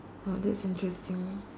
oh that's interesting